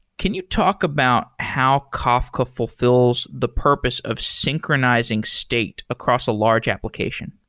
can you talk about how kafka fulfills the purpose of synchronizing state across a large application?